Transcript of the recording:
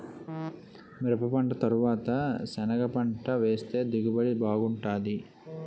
మిరపపంట తరవాత సెనగపంట వేస్తె దిగుబడి బాగుంటాది